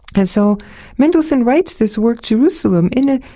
and so mendelssohn writes this work jerusalem in ah